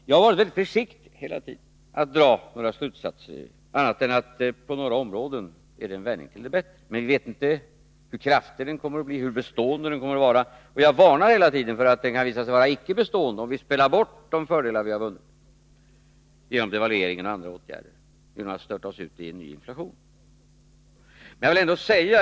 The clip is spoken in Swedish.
Jag har emellertid hela tiden varit försiktig med att dra slutsatser, men på några områden är det en vändning till det bättre. Vi vet inte hur kraftig och bestående den kommer att bli. Jag har hela tiden varnat för att den kan visa sig vara icke bestående. Vi får inte spela bort de fördelar som vi har vunnit genom devalveringen och andra åtgärder genom att störta oss ut i en ny inflation.